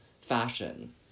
fashion